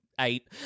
eight